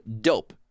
Dope